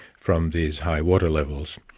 from these high water levels.